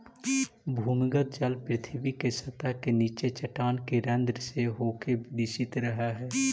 भूमिगत जल पृथ्वी के सतह के नीचे चट्टान के रन्ध्र से होके रिसित रहऽ हई